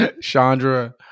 Chandra